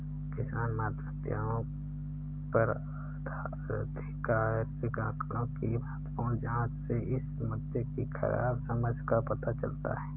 किसान आत्महत्याओं पर आधिकारिक आंकड़ों की एक महत्वपूर्ण जांच से इस मुद्दे की खराब समझ का पता चलता है